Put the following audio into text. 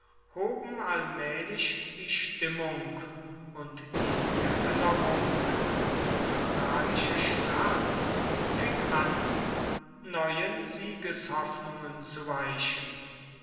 allmählich die stimmung und die erinnerung an die pharsalische schlacht fing an neuen siegeshoffnungen zu weichen